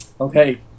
Okay